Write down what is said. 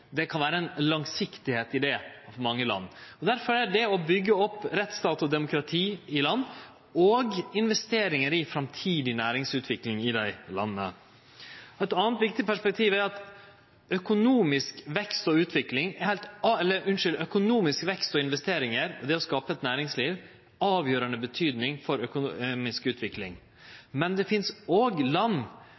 kan vere langsiktig. Difor er det viktig å byggje opp rettsstat og demokrati og å investere i framtidig næringsutvikling i desse landa. Eit anna viktig perspektiv er at økonomisk vekst og investeringar – og det å skape eit næringsliv – har avgjerande betydning for økonomisk utvikling. Det finst òg land som har hatt betydeleg økonomisk vekst, men der det fortset å vere veldig mange fattige. Det er ikkje slik at økonomisk vekst og